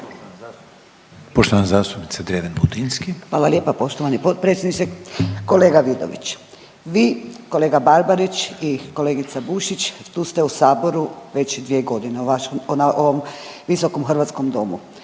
Hvala lijepa poštovani potpredsjedniče. Kolega Vidović, vi, kolega Barbarić i kolegica Bušić tu ste u saboru već 2 godine o vašem, ovom visokom hrvatskom domu.